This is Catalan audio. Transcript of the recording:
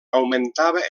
augmentava